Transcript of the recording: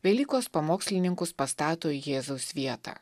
velykos pamokslininkus pastato į jėzaus vietą